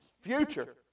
future